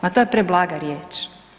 Ma to je preblaga riječ.